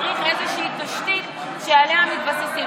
צריך איזושהי תשתית שעליה מתבססים.